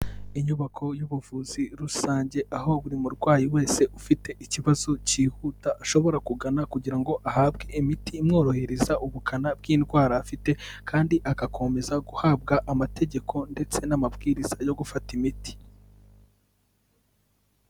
Inyubako y'ubuvuzi rusange aho buri murwayi wese ufite ikibazo cyihuta ashobora kugana kugira ngo ahabwe imiti imworohereza ubukana bw'indwara afite kandi agakomeza guhabwa amategeko ndetse n'amabwiriza yo gufata imiti.